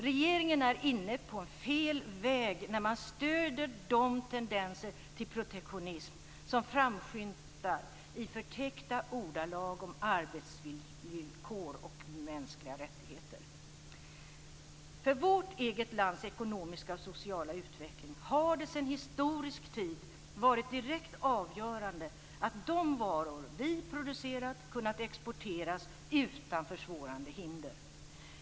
Regeringen är inne på fel väg när man stöder de tendenser till protektionism som framskymtar i förtäckta ordalag om arbetsvillkor och mänskliga rättigheter. För vårt eget lands ekonomiska och sociala utveckling har det sedan historisk tid varit direkt avgörande att de varor som vi producerat kunnat exporteras utan försvårande hinder.